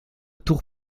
tour